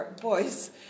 boys